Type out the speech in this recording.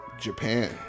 Japan